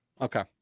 Okay